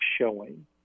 showing